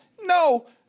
No